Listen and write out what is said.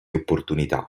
opportunità